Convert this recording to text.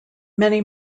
many